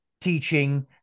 teaching